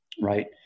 Right